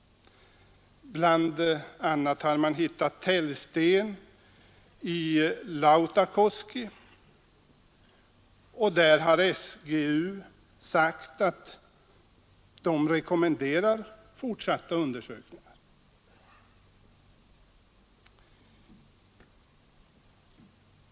Bl. a. har man hittat täljsten i Lauttakoski, där SGU rekommenderar fortsatta undersökningar.